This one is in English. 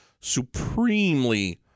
supremely